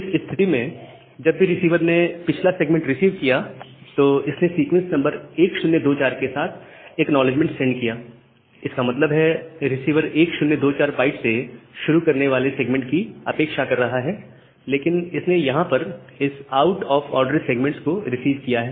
इस स्थिति में जब भी रिसीवर ने पिछला सेगमेंट रिसीव किया है तो इसने सीक्वेंस नंबर 1024 के साथ एक एक्नॉलेजमेंट सेंड किया इसका मतलब है रिसीवर 1024 बाइट से शुरू होने वाले सेगमेंट की अपेक्षा कर रहा है लेकिन इसने यहां पर इस आउट ऑफ ऑर्डर सेगमेंट को रिसीव किया है